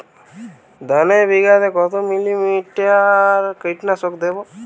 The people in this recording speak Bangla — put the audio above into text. ধানে বিঘাতে কত মিলি লিটার কীটনাশক দেবো?